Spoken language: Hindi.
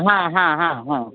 हाँ हाँ हाँ हाँ